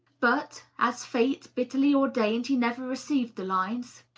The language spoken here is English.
but, as fate bitterly ordained, he never received the lines.